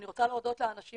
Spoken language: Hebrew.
אני רוצה להודות לאנשים